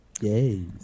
Yay